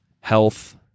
health